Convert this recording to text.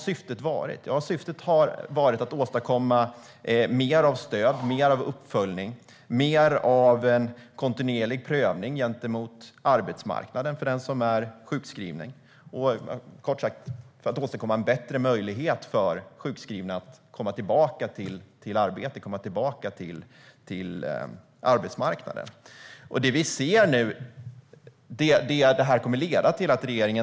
Syftet har varit att åstadkomma mer av stöd, uppföljning och kontinuerlig prövning mot arbetsmarknaden för den som är sjukskriven. Kort sagt har det handlat om att åstadkomma en bättre möjlighet för sjukskrivna att komma tillbaka till arbete, tillbaka till arbetsmarknaden. Regeringen tar nu bort den bortre tidsgränsen.